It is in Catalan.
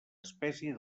espècie